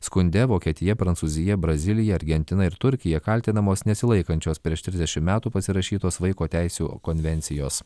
skunde vokietija prancūzija brazilija argentina ir turkija kaltinamos nesilaikančios prieš trisdešim metų pasirašytos vaiko teisių konvencijos